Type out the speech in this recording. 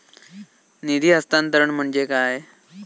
निधी हस्तांतरण म्हणजे काय?